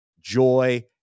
joy